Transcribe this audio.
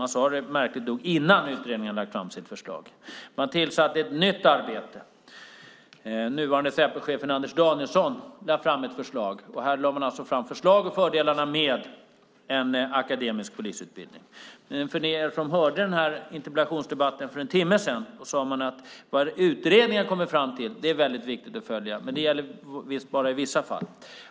Märkligt nog sade ni det innan utredningen hade lagt fram sitt förslag. Ni satte i gång ett nytt arbete, och nuvarande Säpochefen Anders Danielsson lade fram ett förslag som framhöll fördelarna med en akademisk polisutbildning. Ni som hörde interpellationsdebatten för en timme sedan hörde att det då sades att det som utredningen kommit fram till var väldigt viktigt att följa, men det gäller visst bara i vissa fall.